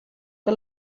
que